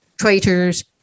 traitors